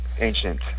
ancient